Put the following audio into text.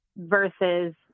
versus